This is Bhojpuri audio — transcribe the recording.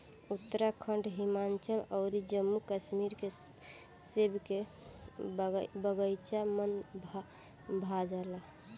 उत्तराखंड, हिमाचल अउर जम्मू कश्मीर के सेब के बगाइचा मन भा जाला